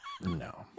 no